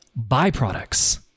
byproducts